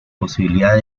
posibilidades